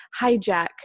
hijack